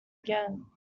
again